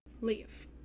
Leave